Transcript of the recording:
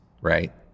right